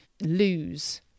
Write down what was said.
lose